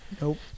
Nope